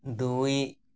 ଦୁଇ